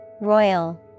Royal